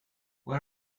where